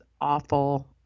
awful